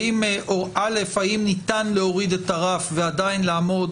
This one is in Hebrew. קודם כל האם ניתן להוריד את הרף ועדיין לעמוד